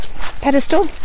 pedestal